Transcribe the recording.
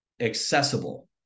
accessible